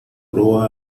proa